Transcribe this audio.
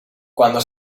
cuando